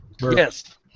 Yes